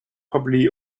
probably